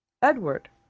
edward,